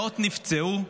מאות נפצעו,